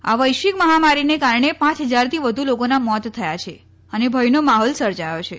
આ વૈશ્વિક મહામારીને કારણે પાંચ હજારથી વધુ લોકોના મોત થયા છે અને ભયનો માહોલ સર્જાયો છે